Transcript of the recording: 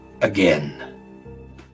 again